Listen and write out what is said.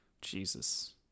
Jesus